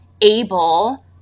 able